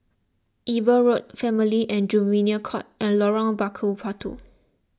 Eber Road Family and Juvenile Court and Lorong Bakar Batu